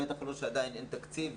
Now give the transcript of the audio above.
בטח כשעדיין אין תקציב.